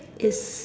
it's